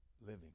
living